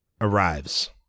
arrives